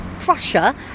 Prussia